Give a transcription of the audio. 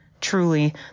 Truly